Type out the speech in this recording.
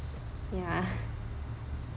yeah